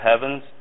heavens